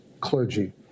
clergy